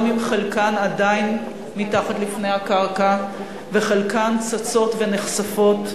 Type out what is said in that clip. גם אם חלקן עדיין מתחת לפני הקרקע וחלקן צצות ונחשפות היום,